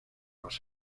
los